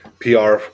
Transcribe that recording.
PR